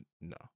no